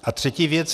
A třetí věc.